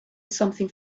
something